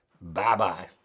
Bye-bye